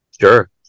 Sure